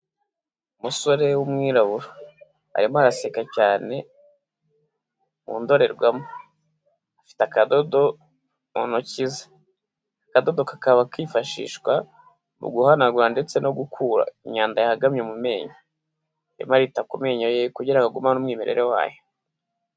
Umusore w'umwirabura, arimo araseka cyane mu ndorerwamo afite akadodo mu ntoki ze, akadodo kakaba kifashishwa mu guhanagura ndetse no gukura imyanda yahagamye mu menyo, arimo arita ku menyo ye kugira ngo agumane umwimerere wayo.